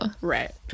right